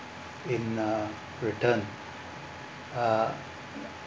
in a return uh